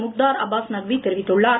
முக்தார் அப்பாஸ் நக்வி தெரிவித்துள்ளார்